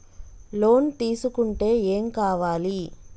Loan తీసుకుంటే ఏం కావాలి?